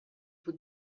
بود